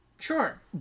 sure